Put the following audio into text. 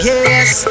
Yes